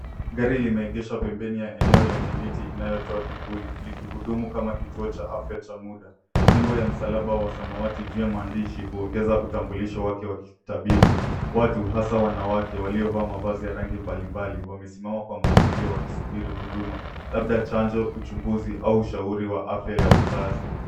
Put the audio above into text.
Gari limeegeshwa pembeni ya eneo lenye miti inayotoa kivuli likihudumu kama kituo cha afya cha muda. Nembo ya msalaba wa samawati juu ya maandishi huongeza utambulisho wake wa kitabibu. Watu hasa wanawake waliovaa mavazi ya rangi mbalimbali wamesimama kwa mpangilio wa kisubiri huduma labda chanjo, uchunguzi au ushauri wa afya ya uzazi.